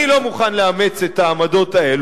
אני לא מוכן לאמץ את העמדות האלו,